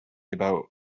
about